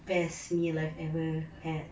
best meal I ever had